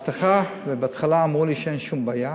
בהבטחה, ובהתחלה אמרו לי שאין שום בעיה,